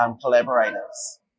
collaborators